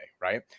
right